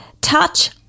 touch